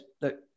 look